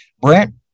Brent